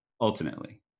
Ultimately